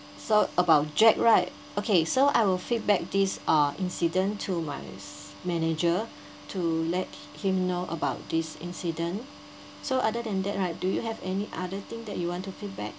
so about jack right okay so I will feedback these uh incident to my manager to let him know about this incident so other than that right do you have any other thing that you want to feedback